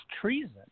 treason